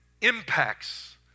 impacts